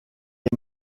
est